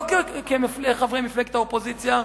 לא כחברי מפלגת האופוזיציה,